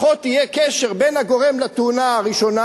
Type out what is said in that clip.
לפחות יהיה קשר בין הגורם לתאונה הראשונה